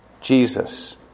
Jesus